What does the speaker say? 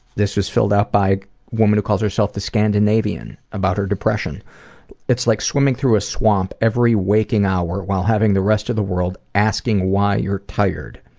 this is filled out by a woman who calls herself the scandinavian about her depression it's like swimming through a swamp every waking hour while having the rest of the world asking why you're tired.